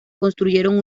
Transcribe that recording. construyeron